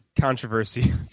controversy